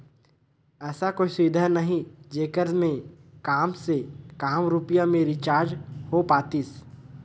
ऐसा कोई सुविधा नहीं जेकर मे काम से काम रुपिया मे रिचार्ज हो पातीस?